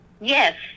yes